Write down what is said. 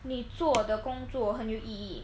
你做的工作很有意义